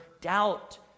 doubt